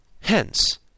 Hence